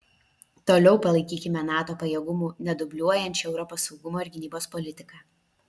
toliau palaikykime nato pajėgumų nedubliuojančią europos saugumo ir gynybos politiką